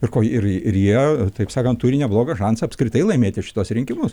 ir ko ir jie taip sakant turi neblogą šansą apskritai laimėti šituos rinkimus